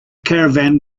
caravan